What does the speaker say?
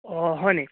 অঁ হয়নি